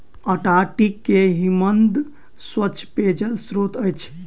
Antarctica के हिमनद स्वच्छ पेयजलक स्त्रोत अछि